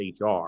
HR